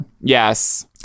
yes